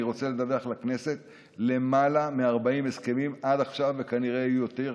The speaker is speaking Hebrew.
אני רוצה לדווח לכנסת שיש למעלה מ-40 הסכמים עד עכשיו וכנראה יהיו יותר,